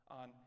on